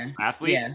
athlete